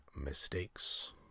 mistakes